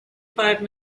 five